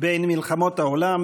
בין מלחמות העולם,